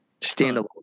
Standalone